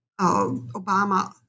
Obama